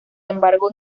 embargo